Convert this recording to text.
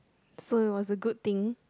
so it was a good thing